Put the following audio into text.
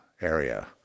area